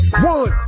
One